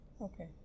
okay